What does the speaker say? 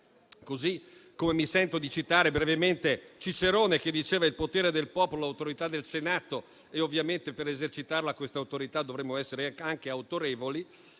altre volte. Mi sento di citare brevemente Cicerone che diceva il potere nel popolo e l'autorità nel Senato e ovviamente, per esercitarla questa autorità dovremmo essere anche autorevoli.